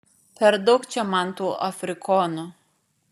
per daug čia man tų afrikonų